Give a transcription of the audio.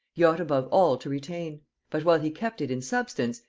he ought above all to retain but while he kept it in substance,